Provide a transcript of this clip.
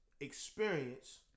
experience